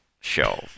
show